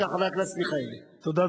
חבר הכנסת מיכאלי, בבקשה.